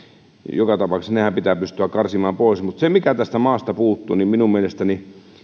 joka tapauksessa pitää pystyä karsimaan pois mutta se mikä tästä maasta puuttuu ja minun mielestäni on